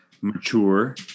mature